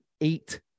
eight